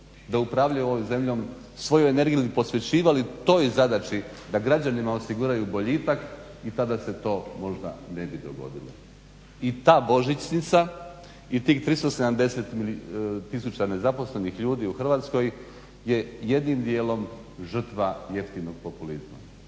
da upravljaju ovom zemljom svoju energiju ili posvećivali toj zadaći da građanima osiguraju boljitak i tada se to možda ne bi dogodilo. I ta božićnica i tih 370 tisuća nezaposlenih ljudi u Hrvatskoj je jednim dijelom žrtva jeftinog populizma.